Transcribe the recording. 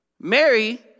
Mary